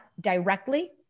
directly